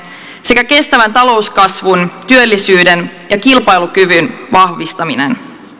sekä kestävän talouskasvun työllisyyden ja kilpailukyvyn vahvistaminen